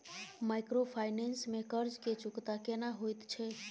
Microfinance में कर्ज के चुकता केना होयत छै?